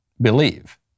Believe